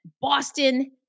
Boston